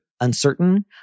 uncertain